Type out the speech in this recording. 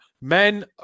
Men